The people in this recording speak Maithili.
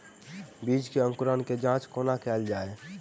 बीज केँ अंकुरण केँ जाँच कोना केल जाइ?